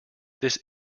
this